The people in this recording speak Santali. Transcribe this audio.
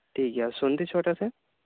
ᱴᱷᱤᱠ ᱜᱮᱭ ᱟᱹᱭᱩᱵ ᱛᱩᱨᱩᱭ ᱴᱟᱲᱟᱝ ᱥᱮᱨ